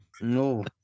No